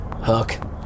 hook